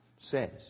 says